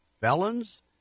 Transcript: Felons